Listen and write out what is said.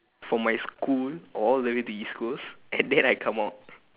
from my school all the way to east coast and then I come out